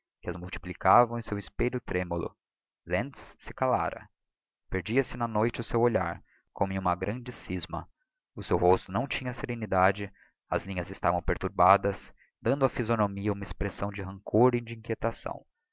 as multiplicavam em seu espelho tremulo lentz se calara perdia-se na noite o seu olhar como em uma grande scisma o seu rosto não tinha serenidade as linhas estavam perturbadas dando á physionomia um a expressão de rancor e de inquietação